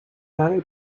نره